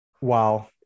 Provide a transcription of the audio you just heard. wow